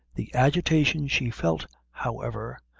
the agitation she felt, however,